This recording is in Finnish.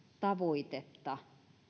tavoitetta